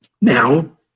now